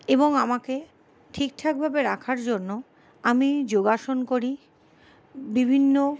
এবং আমাকে ঠিক ঠাকভাবে রাখার জন্য আমি যোগাসন করি বিভিন্ন